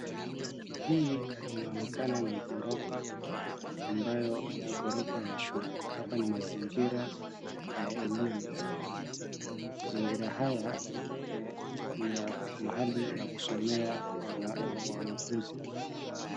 Hii inaonekana ni ghorofa ambayo ghorofa ya shule. Hapa ni mazingira ya elimu. Mazingira haya ni ya mahali ya kusomea wanafunzi.